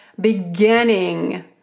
beginning